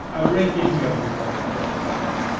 arendt isn't going to be very impressed by that.